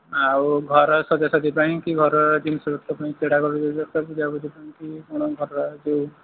ଆଉ ଘର ସଜାସଜି ପାଇଁ କି ଘରର ଜିନିଷ ପାଇଁ ସେଗୁଡ଼ା ଦରକାର ପୂଜା ପୂଜି ପାଇଁ କି କ'ଣ ଘରର ଯେଉଁ